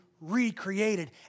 recreated